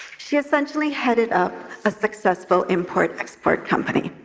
she essentially headed up a successful import-export company.